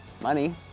money